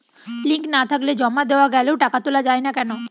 Link না থাকলে জমা দেওয়া গেলেও টাকা তোলা য়ায় না কেন?